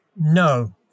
No